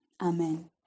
Amen